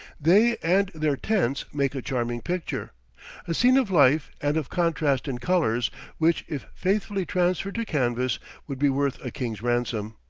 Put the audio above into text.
they and their tents make a charming picture a scene of life and of contrast in colors which if faithfully transferred to canvas would be worth a king's ransom.